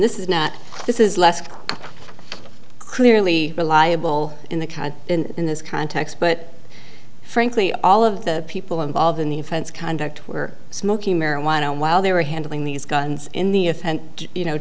this is not this is less clearly reliable in the kind in this context but frankly all of the people involved in the offense conduct were smoking marijuana while they were handling these guns in the if you know